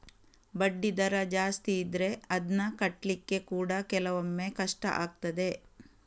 ಬಡ್ಡಿ ದರ ಜಾಸ್ತಿ ಇದ್ರೆ ಅದ್ನ ಕಟ್ಲಿಕ್ಕೆ ಕೂಡಾ ಕೆಲವೊಮ್ಮೆ ಕಷ್ಟ ಆಗ್ತದೆ